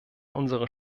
unsere